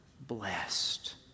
blessed